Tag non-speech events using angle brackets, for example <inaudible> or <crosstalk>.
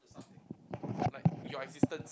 <noise> like your existence